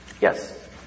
Yes